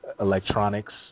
electronics